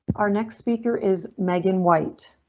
our next speaker is megan white.